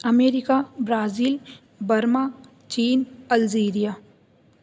America Brazil Burma China Algeria